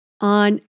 on